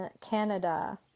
Canada